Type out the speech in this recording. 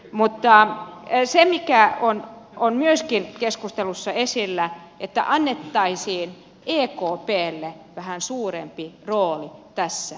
mutta se mikä on myöskin ollut keskustelussa esillä on se että annettaisiin ekplle vähän suurempi rooli tässä